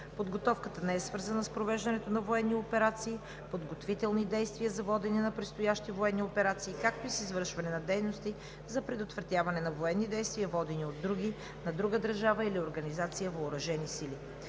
Подготовката не е свързана с провеждането на военни операции, подготвителни действия за водене на предстоящи военни операции, както и с извършване на дейности за предотвратяване на военни действия, водени от други, на друга държава или организация въоръжени сили.